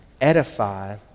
edify